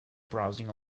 browsing